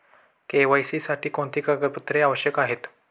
KYC साठी कोणती कागदपत्रे आवश्यक आहेत?